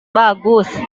bagus